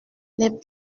les